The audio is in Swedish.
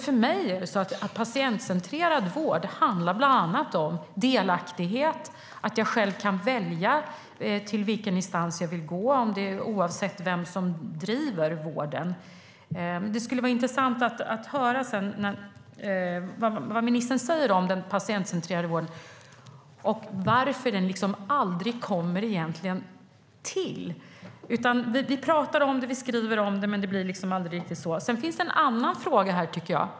För mig handlar patientcentrerad vård bland annat om delaktighet, att jag själv kan välja till vilken instans jag vill gå oavsett vem som driver vården. Det skulle vara intressant att höra vad ministern säger om den patientcentrerade vården och varför den egentligen aldrig kommer till. Vi pratar om det, vi skriver om det, men det blir liksom aldrig riktigt så. Sedan finns det en annan fråga, tycker jag.